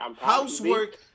Housework